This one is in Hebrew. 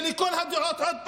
ולכל הדעות, עוד פעם,